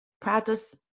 practice